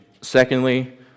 Secondly